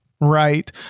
Right